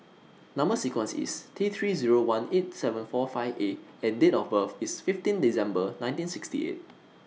Number sequence IS T three Zero one eight seven four five A and Date of birth IS fifteen December nineteen sixty eight